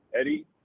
Eddie